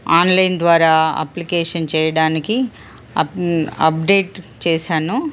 online ద్వారా application చేయడానికి up update చేసాను